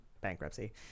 bankruptcy